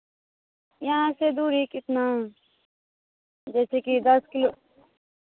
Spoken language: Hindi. यहाँ से दूरी कितना जैसेकि दस किलो